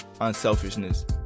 unselfishness